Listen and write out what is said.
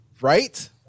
right